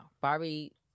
Barbie